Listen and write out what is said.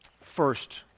First